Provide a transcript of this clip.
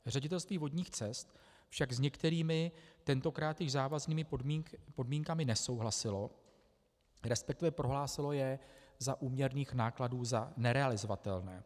Ředitelství vodních cest však s některými, tentokrát již závaznými podmínkami nesouhlasilo, resp. prohlásilo je za úměrných nákladů za nerealizovatelné.